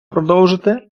продовжити